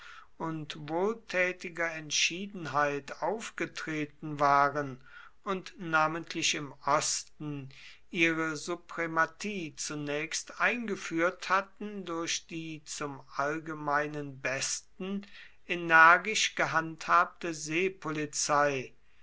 und wohltätiger entschiedenheit aufgetreten waren und namentlich im osten ihre suprematie zunächst eingeführt hatten durch die zum allgemeinen besten energisch gehandhabte